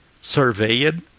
surveyed